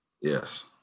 Yes